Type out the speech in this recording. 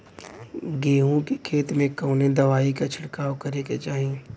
गेहूँ के खेत मे कवने दवाई क छिड़काव करे के चाही?